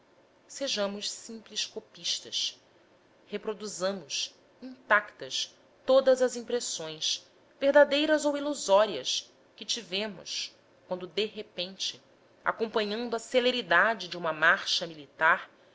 sejamos simples copistas reproduzamos intactas todas as impressões verdadeiras ou ilusórias que tivemos quando de repente acompanhando a celeridade de uma marcha militar